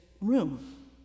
room